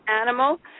animal